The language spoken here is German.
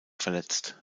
verletzt